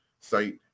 site